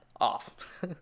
off